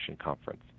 Conference